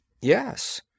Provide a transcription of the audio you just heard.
Yes